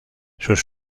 sus